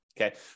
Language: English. okay